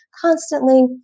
constantly